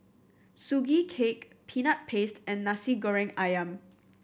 Sugee Cake Peanut Paste and Nasi Goreng Ayam